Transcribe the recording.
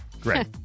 great